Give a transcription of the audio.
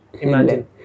Imagine